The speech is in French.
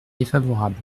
défavorable